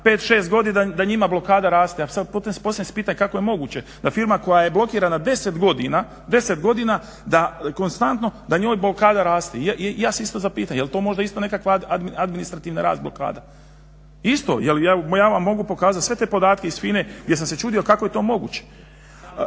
5, 6 godina, da njima blokada raste. A poslije se pitam kako je moguće da firma koja je blokirana 10 godina, 10 godina da konstantno, da njoj blokada raste? Ja se isto zapitam, jel to možda isto nekakva administrativna rast blokada. Isto, ja vam mogu pokazat sve te podatke iz FINA-e gdje sam se čudio kako je to moguće.